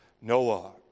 Noah